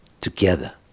together